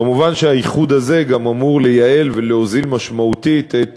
מובן שהאיחוד הזה גם אמור לייעל ולהוזיל משמעותית את